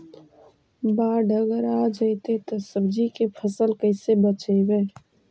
बाढ़ अगर आ जैतै त सब्जी के फ़सल के कैसे बचइबै?